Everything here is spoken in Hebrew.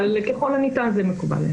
ככל הניתן זה מקובל עלינו.